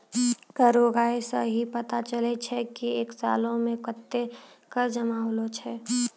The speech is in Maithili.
कर उगाही सं ही पता चलै छै की एक सालो मे कत्ते कर जमा होलो छै